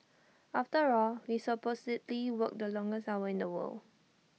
after all we supposedly work the longest hour in the world